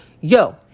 Yo